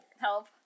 Help